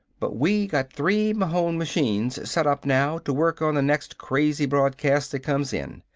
but we got three mahon machines set up now to work on the next crazy broadcast that comes in.